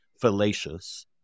fallacious